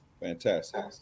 fantastic